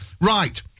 Right